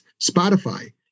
Spotify